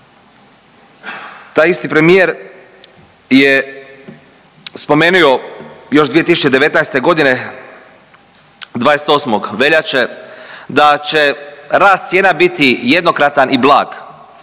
Taj isti premijer je spomenio još 2019. godine 28. veljače da će rast cijena biti jednokratan i blag